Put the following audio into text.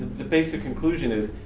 the basic conclusion is,